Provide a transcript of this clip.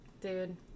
Dude